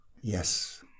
Yes